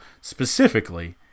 specifically